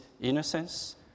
innocence